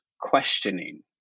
questioning